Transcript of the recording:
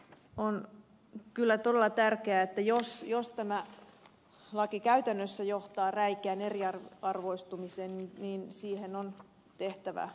on kyllä todella tärkeää että jos tämä laki käytännössä johtaa räikeään eriarvoistumiseen siihen on tehtävä pikimmiten muutos